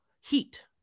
heat